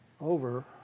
over